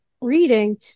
reading